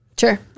Sure